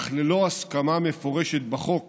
אך ללא הסכמה מפורשת בחוק